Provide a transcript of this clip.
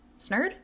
Snurd